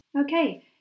Okay